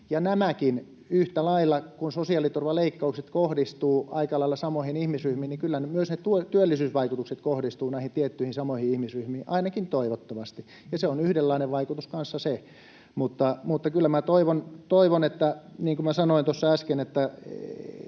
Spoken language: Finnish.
Nämäkin yhtä lailla kuin sosiaaliturvaleikkaukset kohdistuvat aika lailla samoihin ihmisryhmiin, eli myös ne työllisyysvaikutukset kohdistuvat näihin tiettyihin samoihin ihmisryhmiin, ainakin toivottavasti. Se on yhdenlainen vaikutus kanssa se. Niin kuin sanoin tuossa äsken, kyllä